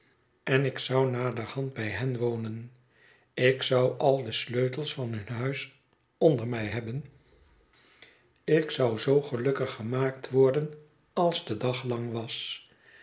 trouwden ik zou naderhand bij hen wonen ik zou al de sleutels van hun huis onder mij hebben ik zou zoo gelukkig gemaakt worden als de dag lang was